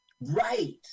right